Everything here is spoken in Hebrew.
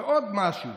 ועוד משהו: